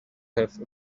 have